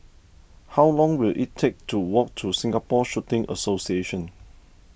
how long will it take to walk to Singapore Shooting Association